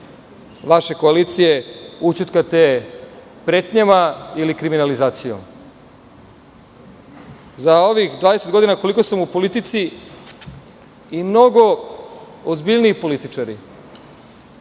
vaše koalicije ućutkate pretnjama ili kriminalizacijom.Za ovih 20 godina koliko sam u politici, i mnogo ozbiljniji političari